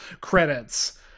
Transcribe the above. credits